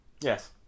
Yes